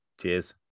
Cheers